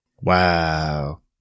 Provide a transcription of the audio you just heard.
Wow